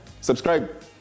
Subscribe